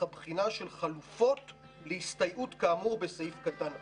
הבחינה של חלופות להסתייעות כאמור בסעיף קטן (א).